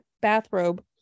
bathrobe